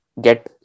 get